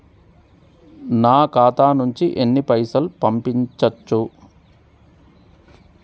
నా ఖాతా నుంచి ఎన్ని పైసలు పంపించచ్చు?